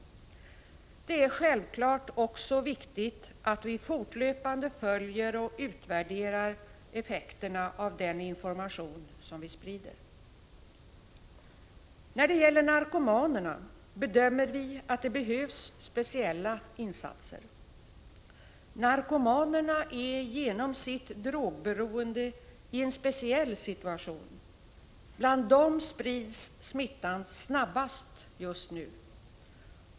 Det är självklart också viktigt att vi fortlöpande följer och utvärderar effekterna av den information som vi sprider. När det gäller narkomanerna bedömer vi att det behövs speciella insatser. Narkomanerna är, genom sitt drogberoende, i en speciell situation. Bland dem sprids smittan snabbast just nu.